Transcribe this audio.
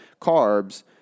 carbs